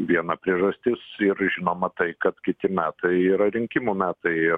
viena priežastis ir žinoma tai kad kiti metai yra rinkimų metai ir